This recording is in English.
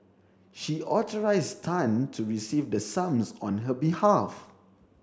she authorised Tan to receive the sums on her behalf